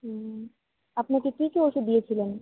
হুম আপনাকে কী কী ওষুধ দিয়েছিলেন